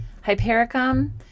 Hypericum